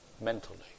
mentally